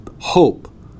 Hope